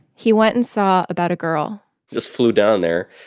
he went and saw about a girl just flew down there,